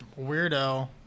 weirdo